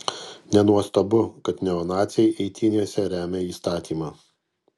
nenuostabu kad neonaciai eitynėse remia įstatymą